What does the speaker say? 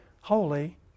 holy